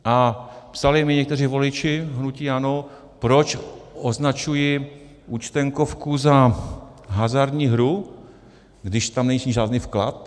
A psali mi někteří voliči hnutí ANO, proč označuji Účtenkovku za hazardní hru, když tam není žádný vklad.